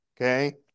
okay